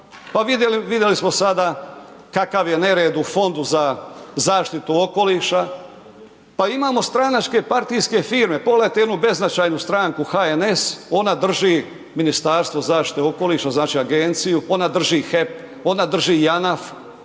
vidjeli smo sada kakav je nered u Fondu za zaštitu okoliša. Pa imamo stranačke partijske firme, pogledajte jednu beznačajnu stranku HNS, ona drži Ministarstvo zaštite okoliša, znači agenciju, ona drži HEP, ona drži JANAF.